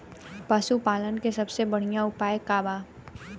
पशु पालन के सबसे बढ़ियां उपाय का बा?